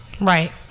Right